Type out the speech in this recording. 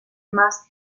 más